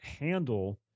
handle